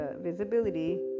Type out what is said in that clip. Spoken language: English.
visibility